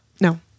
no